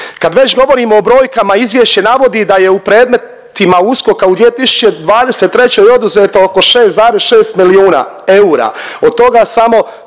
Kad već govorimo o brojkama izvješće navodi da je u predmetima USKOK-a u 2023. oduzeto oko 6,6 milijuna eura od toga samo